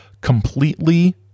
completely